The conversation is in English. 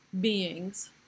beings